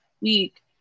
week